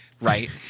right